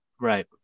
Right